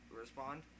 respond